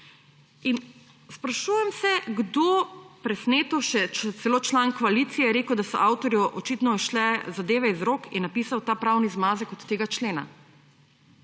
Sprašujem se, kdo – presneto, še celo član koalicije je rekel, da so avtorju očitno ušle zadeve iz rok – je napisal ta pravni zmazek od tega člena.